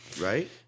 Right